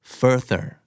further